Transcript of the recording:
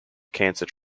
cancer